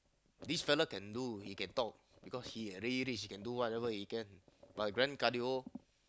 this fellow can do he can talk because he really rich he can do whatever he can but grand cardio